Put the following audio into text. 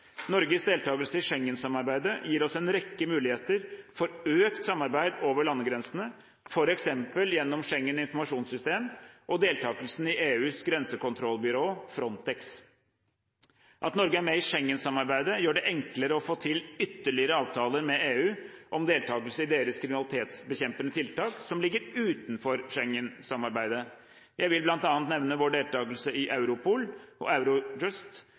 Norges deltakelse i Schengen-samarbeidet gir oss en rekke muligheter for økt samarbeid over landegrensene, f.eks. gjennom Schengen informasjonssystem og deltakelsen i EUs grensekontrollbyrå, Frontex. At Norge er med i Schengen-samarbeidet, gjør det enklere å få til ytterligere avtaler med EU om deltakelse i deres kriminalitetsbekjempende tiltak som ligger utenfor Schengen-samarbeidet. Jeg vil bl.a. nevne vår deltakelse i Europol og